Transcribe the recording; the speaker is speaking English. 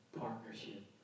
partnership